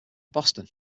boston